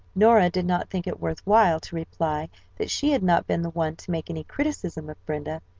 nora did not think it worth while to reply that she had not been the one to make any criticism of brenda.